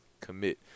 commit